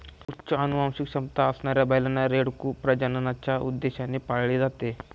उच्च अनुवांशिक क्षमता असणाऱ्या बैलांना, रेडकू प्रजननाच्या उद्देशाने पाळले जाते